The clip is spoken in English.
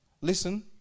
listen